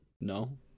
No